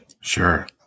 Sure